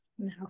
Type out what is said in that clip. No